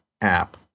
app